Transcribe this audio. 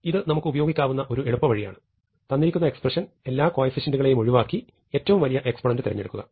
ഇത് നമുക്ക് ഉപയോഗിക്കാവുന്ന ഒരു എളുപ്പവഴിയാണ് തന്നിരിക്കുന്ന എക്സ്പ്രെഷൻ എല്ലാ കോയെഫിഷ്യന്റ് കളെയും ഒഴിവാക്കി ഏറ്റവും വലിയ എക്സ്പൊനന്റ് തെരഞ്ഞെടുക്കുക